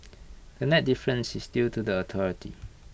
the net difference is due to the authority